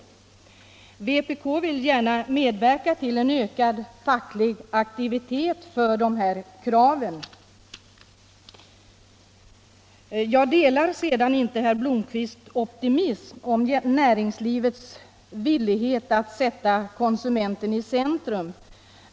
Vpk vill gärna medverka till ökad facklig aktivitet för dessa krav. Till sist: Jag delar inte herr Blomkvists optimism i fråga om näringslivets villighet att sätta konsumenten i centrum.